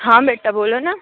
હા બેટા બોલોને